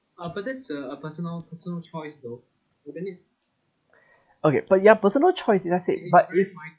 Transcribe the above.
okay but ya personal choice let's say but if